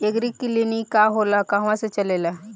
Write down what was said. एगरी clinic का होला कहवा से चलेँला?